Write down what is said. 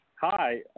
Hi